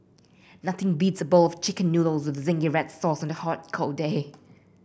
nothing beats a bowl of chicken noodles with zingy red sauce on a hot cold day